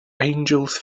angels